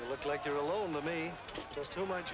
i look like you're alone let me just too much